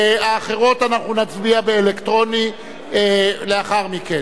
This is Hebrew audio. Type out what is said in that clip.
והאחרות, נצביע באלקטרוני לאחר מכן.